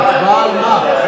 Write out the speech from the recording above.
הצבעה על מה?